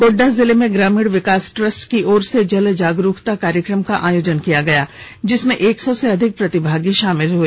गोड्डा जिले में ग्रामीण विकास ट्रस्ट की ओर से जल जागरूकता कार्यक्रम का आयोजन किया गया जिसमें एक सौ से अधिक प्रतिभागी शामिल हुए